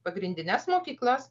pagrindines mokyklas